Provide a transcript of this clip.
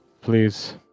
please